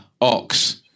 Ox